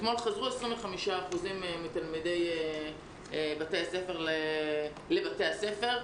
אתמול חזרו 25% מתלמידי בתי הספר לבתי הספר,